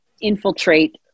infiltrate